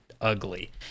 ugly